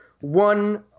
one